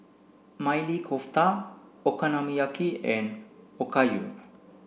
Maili Kofta Okonomiyaki and Okayu